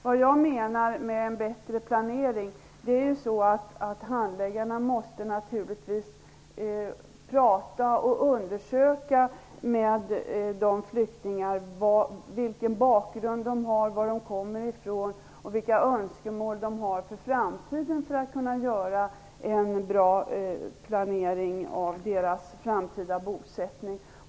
Vad jag menar med en bättre planering är att handläggarna naturligtvis måste prata med flyktingarna och undersöka vilken bakgrund de har, varifrån de kommer och vilka önskemål de har för framtiden, för att kunna göra en bättre planering av deras framtida bosättning.